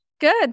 Good